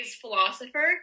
philosopher